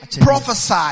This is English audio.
prophesy